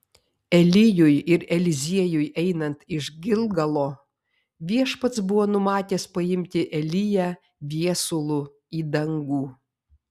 elijui ir eliziejui einant iš gilgalo viešpats buvo numatęs paimti eliją viesulu į dangų